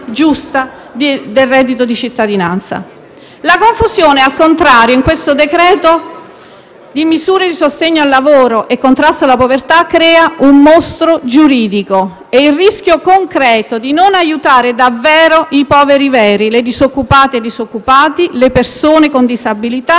giusta del reddito di cittadinanza. La confusione, al contrario, recata in questo decreto-legge tra misure di sostegno al lavoro e contrasto alla povertà crea un mostro giuridico e il rischio concreto di non aiutare davvero i poveri veri, le disoccupate e i disoccupati, le persone con disabilità